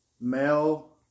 male